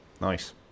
nice